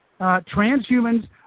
transhumans